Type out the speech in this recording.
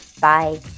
Bye